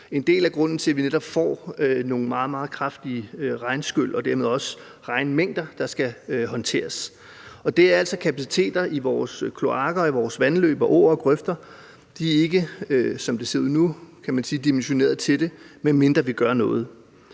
en del af grunden til, at vi netop får nogle meget, meget kraftige regnskyl og dermed også større vandmængder, der skal håndteres. Kapaciteten i vores kloakker, vandløb, åer og grøfter er altså ikke, som det ser ud nu, dimensioneret til det. Vi må gøre noget.